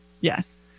yes